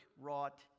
wrought